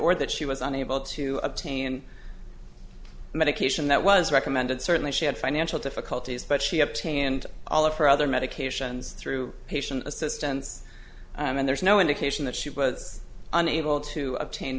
or that she was unable to obtain medication that was recommended certainly she had financial difficulties but she obtained all of her other medications through patient assistance and there is no indication that she was unable to obtain